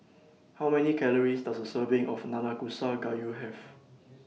How Many Calories Does A Serving of Nanakusa Gayu Have